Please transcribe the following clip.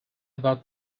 about